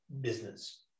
business